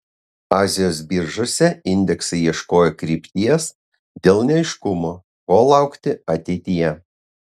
azijos biržose indeksai ieškojo krypties dėl neaiškumo ko laukti ateityje